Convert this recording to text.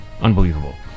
unbelievable